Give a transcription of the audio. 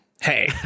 hey